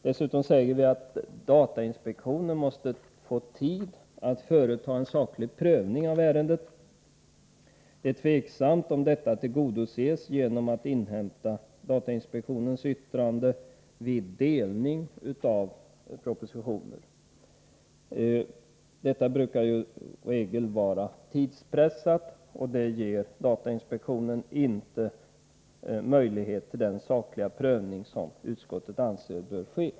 Dessutom säger vi att datainspektionen måste få tid på sig att företa en saklig prövning av ärendet i fråga. Det är tveksamt om detta krav tillgodoses genom att datainspektionens yttrande inhämtas vid delning av propositioner. I regel arbetar man ju under tidspress. Därigenom får datainspektionen inte möjlighet till den sakliga prövning som utskottet anser bör ske.